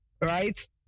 Right